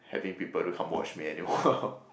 having people to come watch me anymore